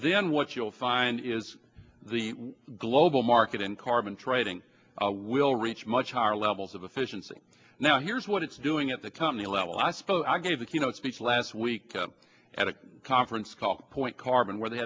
then what you'll find is the global market in carbon trading will reach much higher levels of efficiency now here's what it's doing at the company level i spoke i gave the keynote speech last week at a conference call point carbon where they